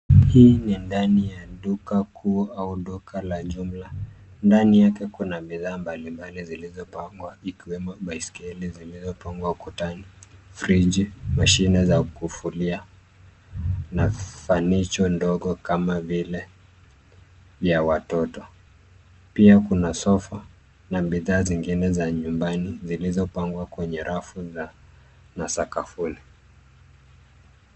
Hii ni ndani ya duka kuu au duka la jumla ,ndani yake kuna bidhaa mbalimbali zilizopangwa ikiwemo baiskeli zilizopangwa ukutani ,friji ,mashini za kufulia na furniture ndogo kama vile vya watoto ,pia kuna sofa na bidhaa zingine za nyumbani zilizopangwa kwenye rafu na sakafuni.